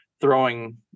throwing